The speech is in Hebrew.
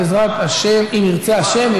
אם ירצה השם,